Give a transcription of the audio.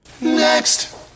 next